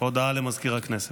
הודעה למזכיר הכנסת.